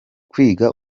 kwiga